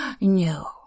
No